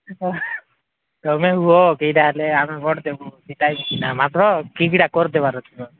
ତୁମେ ହୁଅ ଛିଡ଼ା ହେଲେ ଆମେ ଭୋଟ୍ ଦେବୁ ଜିତାଇବୁ ମାତ୍ର ଠିକ୍ରେ କରିଦେବାର ଅଛି